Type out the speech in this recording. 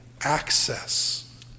access